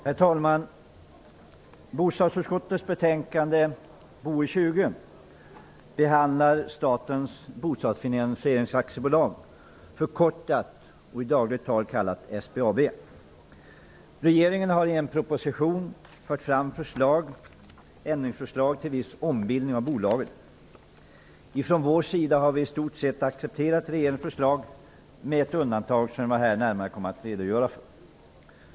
Herr talman! Bostadsutskottets betänkande Bostadsfinansieringsaktiebolag, förkortat och i dagligt tal kallat SBAB. Regeringen har i sin proposition fört fram ändringsförslag till viss ombildning av bolaget. Från bostadsutskottets sida har vi i stort sett accepterat regeringens förslag, med ett undantag som jag här närmare kommer att redogöra för.